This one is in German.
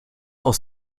aus